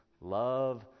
love